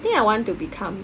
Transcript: think I want to become